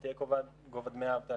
מה תהיה גובה דמי האבטלה,